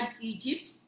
Egypt